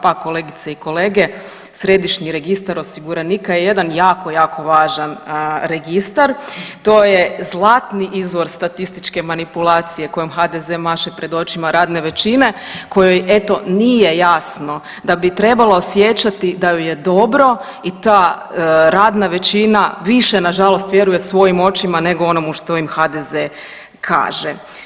Pa kolegice i kolege, Središnji registar osiguranika je jedan jako, jako važan registar, to je zlatni izvor statističke manipulacije kojim HDZ maše pred očima radne većine, kojoj, eto, nije jasno da bi trebalo osjećati da ju je dobro i ta radna većina više, nažalost vjeruje svojim očima nego onomu što im HDZ kaže.